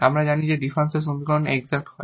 আমরা জানি যে ডিফারেনশিয়াল সমীকরণ এক্সাট হয়